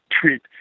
treat